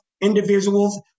individuals